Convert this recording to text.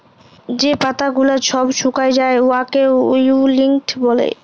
যে পাতা গুলাল ছব ছুকাঁয় যায় উয়াকে উইল্টিং ব্যলে